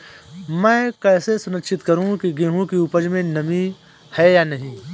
मैं कैसे सुनिश्चित करूँ की गेहूँ की उपज में नमी है या नहीं?